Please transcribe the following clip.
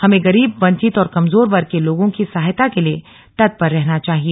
हमे गरीब वंचित और कमजोर वर्ग के लोगों की सहायता के लिए तत्पर रहना चाहिए